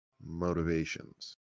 motivations